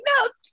notes